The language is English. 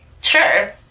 sure